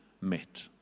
met